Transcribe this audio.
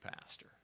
pastor